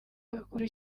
bakuru